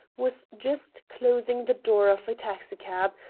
was just closing the door of a taxicab,